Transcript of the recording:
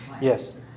Yes